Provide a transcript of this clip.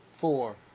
Four